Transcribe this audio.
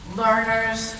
learners